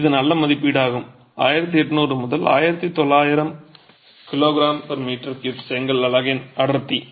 இது ஒரு நல்ல மதிப்பீடாகும்1800 முதல் 1900 kgm3 செங்கல் அலகின் அடர்த்தி